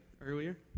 earlier